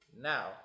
Now